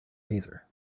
taser